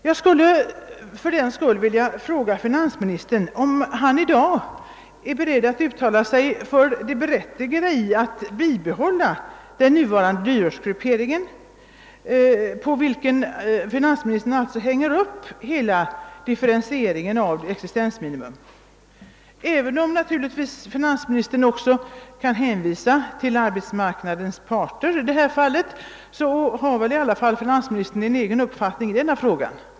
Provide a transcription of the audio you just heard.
Jag skulle för den skull vilja fråga finansministern, om han i dag är beredd att uttala sig om det berättigade i att bibehålla den nuvarande dyrortsgrupperingen, på vilken finansministern alltså hänger upp hela differentieringen av existensminimum. Även om finansministern naturligtvis också kan hänvisa till arbetsmarknadens parter i detta fall, har väl finansministern ändå en egen uppfattning i denna fråga.